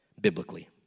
biblically